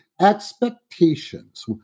expectations